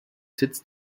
sitz